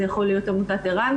זה יכול להיות עמותת ער"ן.